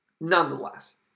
Nonetheless